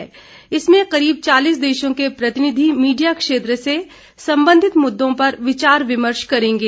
इसमें जिसमें करीब चालीस देशों के प्रतिनिधि मीडिया क्षेत्र से संबंधित मुद्दों पर विचार विमर्श करेंगे